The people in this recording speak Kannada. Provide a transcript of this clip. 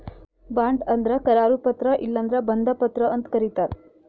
ಬಾಂಡ್ ಅಂದ್ರ ಕರಾರು ಪತ್ರ ಇಲ್ಲಂದ್ರ ಬಂಧ ಪತ್ರ ಅಂತ್ ಕರಿತಾರ್